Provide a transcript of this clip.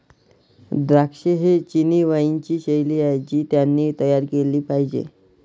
द्राक्षे ही चिनी वाइनची शैली आहे जी त्यांनी तयार केली पाहिजे